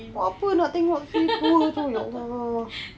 buat apa nak tengok sibuk saja ya allah